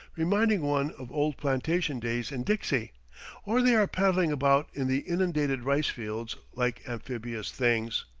reminding one of old plantation days in dixie or they are paddling about in the inundated rice-fields like amphibious things.